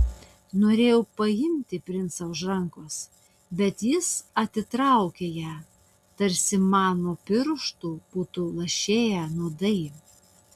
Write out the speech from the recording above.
norėjau paimti princą už rankos bet jis atitraukė ją tarsi man nuo pirštų būtų lašėję nuodai